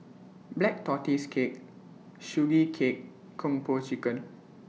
Black Tortoise Cake Sugee Cake Kung Po Chicken